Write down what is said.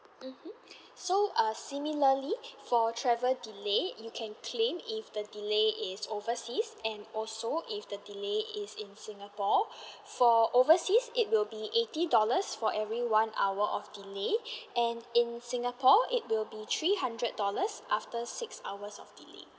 mmhmm so uh similarly for travel delay you can claim if the delay is overseas and also if the delay is in singapore for overseas it will be eighty dollars for every one hour of delay and in singapore it will be three hundred dollars after six hours of delay